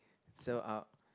so uh